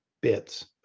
bits